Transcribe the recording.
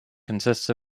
consists